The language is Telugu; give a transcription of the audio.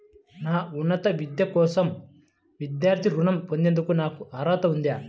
నా ఉన్నత విద్య కోసం విద్యార్థి రుణం పొందేందుకు నాకు అర్హత ఉందా?